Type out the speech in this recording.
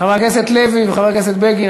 חבר הכנסת לוי וחבר הכנסת בגין,